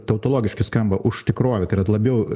tautologiškai skamba už tikrovę tai yra labiau